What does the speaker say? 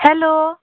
hello